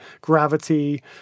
gravity